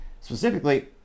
specifically